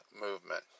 movement